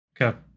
Okay